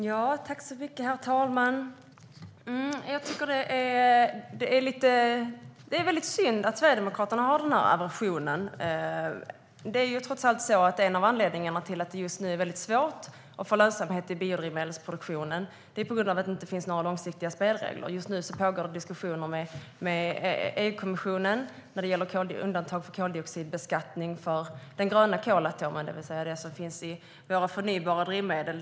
Herr talman! Det är synd att Sverigedemokraterna har den här aversionen. En av anledningarna till att det nu är väldigt svårt att få lönsamhet i biodrivmedelsproduktionen är att det inte finns några långsiktiga spelregler. Just nu pågår det diskussioner med EU-kommissionen om undantag från koldioxidbeskattning för den gröna kolatomen, det vill säga det som finns i förnybara drivmedel.